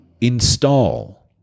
install